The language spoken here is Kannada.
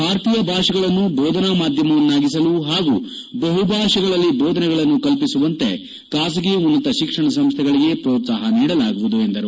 ಭಾರತೀಯ ಭಾಷೆಗಳನ್ನು ಬೋಧನಾ ಮಾಧ್ಯಮವನ್ನಾಗಿಸಲು ಪಾಗೂ ಬಹುಭಾಷೆಯಲ್ಲಿ ಬೋಧನೆಗಳನ್ನು ಕಲ್ಪಿಸುವಂತೆ ಖಾಸಗಿ ಉನ್ನತ ಶಿಕ್ಷಣ ಸಂಸ್ಥೆಗಳಿಗೆ ಪ್ರೋತ್ಸಾಪ ನೀಡಲಾಗುವುದು ಎಂದರು